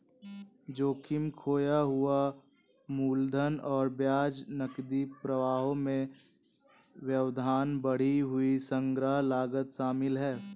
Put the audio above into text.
जोखिम, खोया हुआ मूलधन और ब्याज, नकदी प्रवाह में व्यवधान, बढ़ी हुई संग्रह लागत शामिल है